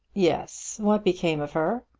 yes. what became of her?